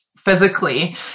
physically